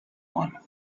one